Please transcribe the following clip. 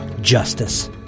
justice